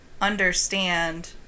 understand